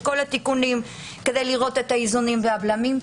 את כל התיקונים כדי לראות את האיזונים והבלמים.